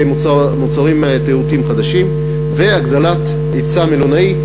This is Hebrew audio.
מוצרים תיירותיים חדשים והגדלת ההיצע המלונאי.